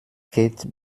geht